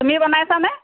তুমি বনাইছা নে